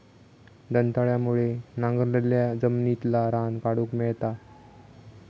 दंताळ्यामुळे नांगरलाल्या जमिनितला रान काढूक मेळता